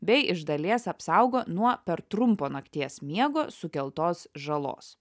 bei iš dalies apsaugo nuo per trumpo nakties miego sukeltos žalos